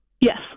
Yes